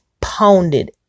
pounded